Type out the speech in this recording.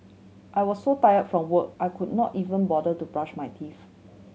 I was so tired from work I could not even bother to brush my teeth